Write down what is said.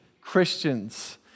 Christians